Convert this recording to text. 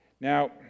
Now